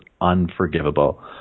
unforgivable